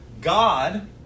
God